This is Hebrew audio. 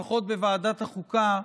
לפחות בוועדת החוקה,